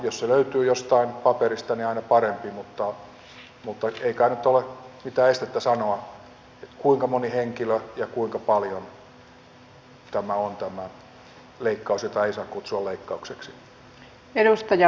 jos se löytyy jostain paperista niin aina parempi mutta ei kai nyt ole mitään estettä sanoa kuinka moni henkilö ja kuinka paljon tämä on tämä leikkaus jota ei saa kutsua leikkaukseksi